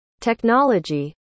technology